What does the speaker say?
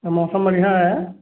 या मौसम बढ़िया है